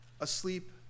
asleep